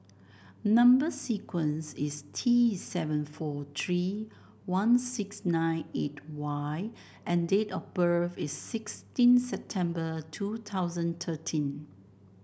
number sequence is T seven four three one six nine eight Y and date of birth is sixteen September two thousand thirteen